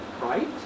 Right